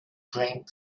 drank